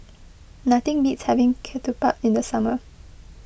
nothing beats having Ketupat in the summer